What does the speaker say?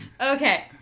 Okay